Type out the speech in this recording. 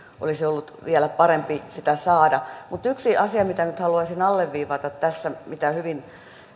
olisi ollut vielä parempi sitä saada mutta yksi asia mitä nyt haluaisin alleviivata tässä mitä hyvin